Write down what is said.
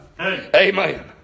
amen